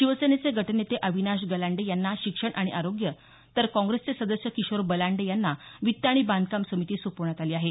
शिवसेनेचे गटनेते अविनाश गलांडे यांना शिक्षण आणि आरोग्य तर काँग्रेसचे सदस्य किशोर बलांडे यांना वित्त आणि बांधकाम समिती सोपवण्यात आली आहे